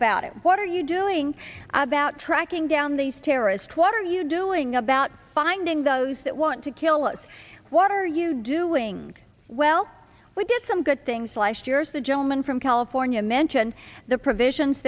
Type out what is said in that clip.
about it what are you doing about tracking down these terrorists what are you doing about finding those that want to kill us what are you doing well we did some good things last years the gentleman from california mentioned the provisions